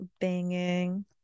banging